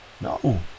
No